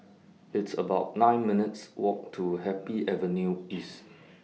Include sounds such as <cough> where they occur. It's about nine minutes' Walk to Happy Avenue East <noise>